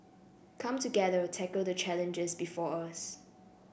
come together tackle the challenges before us